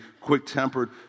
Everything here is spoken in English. quick-tempered